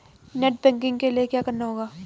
Net banking के लिए क्या करना होगा?